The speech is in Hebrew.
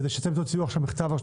כדי שאתם תוציאו עכשיו מכתב לרשויות